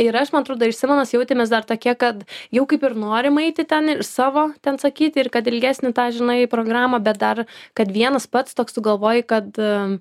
ir aš man atrodo ir simonas jautėmės dar tokie kad jau kaip ir norim eiti ten savo ten sakyti ir kad ilgesnę tą žinai programą bet dar kad vienas pats toks tu galvoji kad